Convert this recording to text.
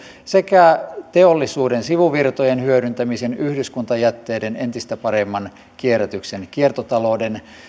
sekä teollisuuden sivuvirtojen hyödyntämisen yhdyskuntajätteiden entistä paremman kierrätyksen kiertotalouden